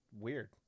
Weird